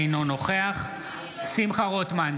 אינו נוכח שמחה רוטמן,